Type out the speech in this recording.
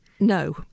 No